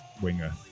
Winger